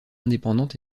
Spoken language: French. indépendante